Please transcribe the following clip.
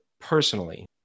personally